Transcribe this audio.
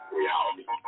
reality